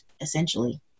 essentially